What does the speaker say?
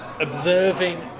observing